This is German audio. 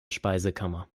speisekammer